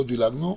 לא דילגנו.